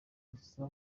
gusa